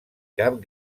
cap